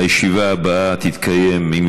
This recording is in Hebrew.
הישיבה הישיבה הבאה תתקיים,